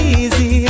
easy